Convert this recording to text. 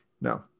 No